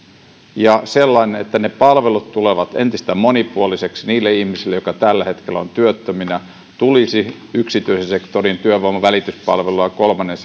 sellainen että ne palvelut tulevat entistä monipuolisemmiksi niille ihmisille jotka tällä hetkellä ovat työttöminä heille tulisi yksityisen sektorin työvoimavälityspalvelua kolmannen